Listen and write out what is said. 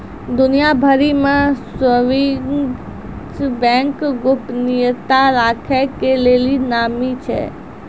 दुनिया भरि मे स्वीश बैंक गोपनीयता राखै के लेली नामी छै